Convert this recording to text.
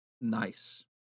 nice